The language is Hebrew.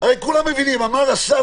הרי כולם מבינים, אמר השר